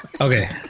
Okay